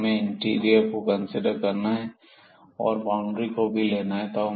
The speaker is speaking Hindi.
तो हमें इंटीरियर को कंसीडर करना है और हमें बाउंड्री को भी लेना है जब हमारे पास क्लोज और अनबॉउंडेड डोमेन है